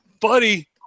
buddy